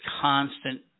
constant